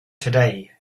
today